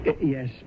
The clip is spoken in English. Yes